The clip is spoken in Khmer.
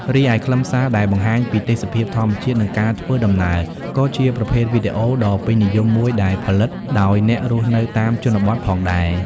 រីឯខ្លឹមសារដែលបង្ហាញពី ទេសភាពធម្មជាតិ និងការធ្វើដំណើរ ក៏ជាប្រភេទវីដេអូដ៏ពេញនិយមមួយដែលផលិតដោយអ្នករស់នៅតាមជនបទផងដែរ។